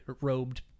robed